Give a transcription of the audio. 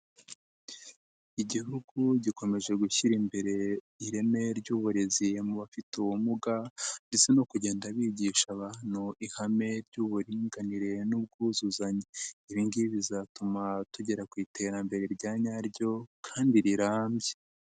Igihugu gikomeje gushyira imbere ireme ry'uburezi mu bafite ubumuga ndetse no kugenda bigisha abantu ihame ry'uburinganire n'ubwuzuzanye, ibi ngibi bizatuma tugera ku iterambere rya nyaryo kandi rirambye.